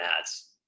ads